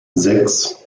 sechs